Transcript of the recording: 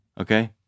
Okay